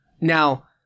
now